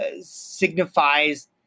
signifies